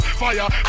fire